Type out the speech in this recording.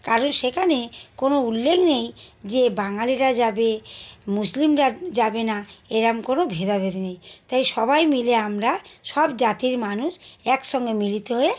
কারণ সেকানে কোনও উল্লেখ নেই যে বাঙালিরা যাবে মুসলিমরা যাবে না এরম কোনও ভেদাভেদ নেই তাই সবাই মিলে আমরা সব জাতির মানুষ একসঙ্গে মিলিত হয়ে